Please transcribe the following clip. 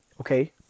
Okay